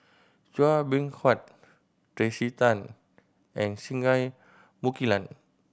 Chua Beng Huat Tracey Tan and Singai Mukilan